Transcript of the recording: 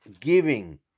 giving